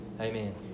Amen